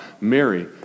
Mary